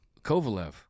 Kovalev